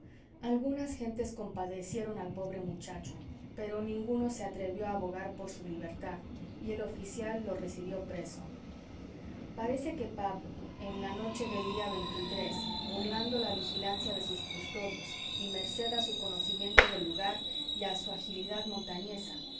algunas gentes compadecieron al pobre muchacho pero ninguno se atrevió a abogar por su libertad y el oficial lo recibió preso parece que pablo en la noche del día burlando la vigilancia de sus custodios y merced a su conocimiento del lugar y a su agilidad montañesa